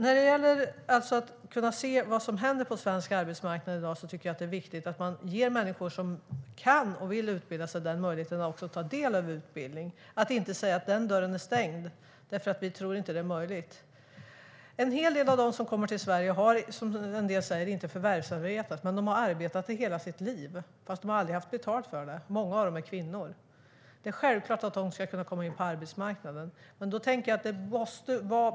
När det gäller att se vad som händer på svensk arbetsmarknad i dag är det viktigt att ge människor som kan och vill utbilda sig möjligheten att ta del av utbildning, att inte säga att dörren är stängd eftersom vi inte tror att utbildning är möjligt. En hel del av dem som kommer till Sverige har inte förvärvsarbetat, men de har arbetat hela livet men aldrig fått betalt. Många av dem är kvinnor. Det är självklart att de ska kunna komma in på arbetsmarknaden.